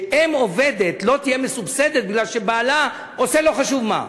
שאֵם עובדת לא תהיה מסובסדת מפני שבעלה עושה לא חשוב מה.